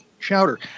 chowder